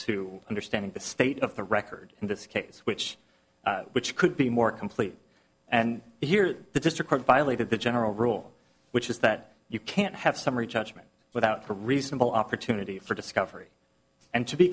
to understanding the state of the record in this case which which could be more complete and here the district violated the general rule which is that you can't have summary judgment without a reasonable opportunity for discovery and to be